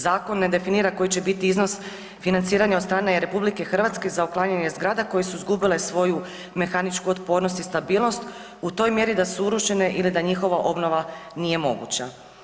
Zakon ne definira koji će biti iznos financiranja od strane RH za uklanjanje zgrada koje su izgubile svoju mehaničku otpornost i stabilnost u toj mjeri da su urušene ili da njihova obnova nije moguća.